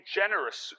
generous